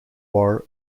war